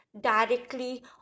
directly